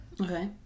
Okay